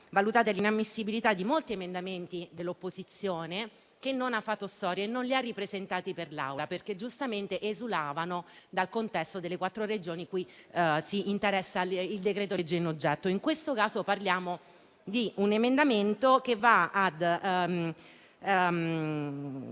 valutata l'inammissibilità di molti emendamenti dell'opposizione che non ha fatto storie e non li ha ripresentati per l'Aula, perché esulavano dal contesto delle quattro Regioni di cui si interessa il decreto-legge in oggetto. In questo caso parliamo di un emendamento che va a